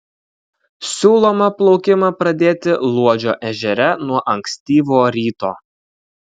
siūloma plaukimą pradėti luodžio ežere nuo ankstyvo ryto